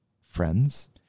friends